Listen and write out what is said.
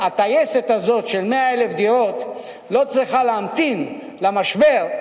הטייסת הזאת של 100,000 דירות לא צריכה להמתין למשבר,